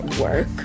work